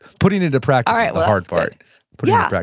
putting it into practice is the hard part yeah,